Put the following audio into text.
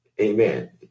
Amen